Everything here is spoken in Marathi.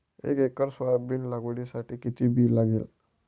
एक एकर सोयाबीन लागवडीसाठी किती बी लागेल?